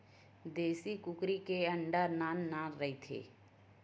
देसी कुकरी के अंडा नान नान रहिथे